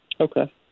Okay